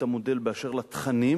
המודל באשר לתכנים,